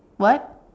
what